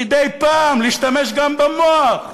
מדי פעם להשתמש גם במוח.